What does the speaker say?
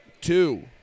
two